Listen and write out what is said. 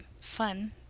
fun